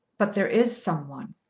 but there is some one.